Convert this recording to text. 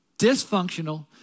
Dysfunctional